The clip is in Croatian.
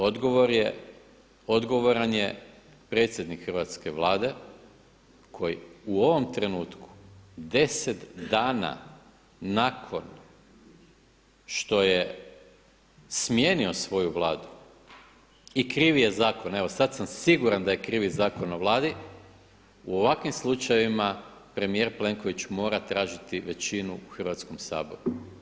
Odgovoran je predsjednik hrvatske Vlade koji u ovom trenutku deset dana nakon što je smijenio svoju Vladu i kriv je zakon, evo sad sam siguran da je krivi Zakon o Vladi u ovakvim slučajevima premijer Plenković mora tražiti većinu u Hrvatskom saboru.